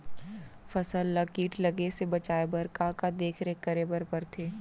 फसल ला किट लगे से बचाए बर, का का देखरेख करे बर परथे?